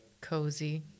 Cozy